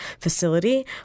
facility